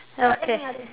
okay